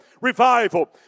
revival